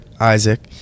Isaac